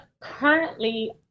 currently